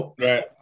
Right